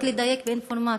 רק לדייק באינפורמציה.